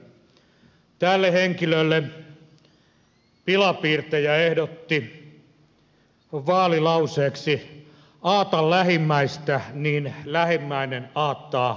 tälle henkilölle pilapiirtäjä ehdotti vaalilauseeksi aata lähimmäistä niin lähimmäinen aattaa ihtiään